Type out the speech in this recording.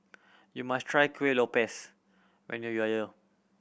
you must try Kuih Lopes when you